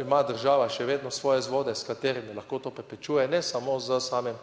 ima država še vedno svoje vzvode s katerimi lahko to preprečuje, ne samo s samim